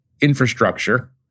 infrastructure